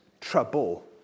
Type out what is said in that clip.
trouble